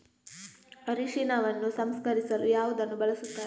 ಅರಿಶಿನವನ್ನು ಸಂಸ್ಕರಿಸಲು ಯಾವುದನ್ನು ಬಳಸುತ್ತಾರೆ?